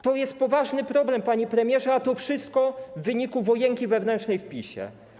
To jest poważny problem, panie premierze, a to wszystko w wyniku wojenki wewnętrznej w PiS.